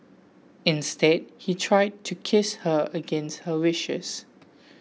instead he tried to kiss her against her wishes